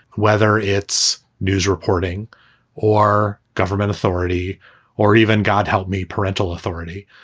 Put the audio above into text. whether it's news reporting or government authority or even god help me parental authority,